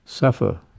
Suffer